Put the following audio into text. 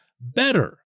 better